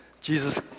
Jesus